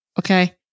okay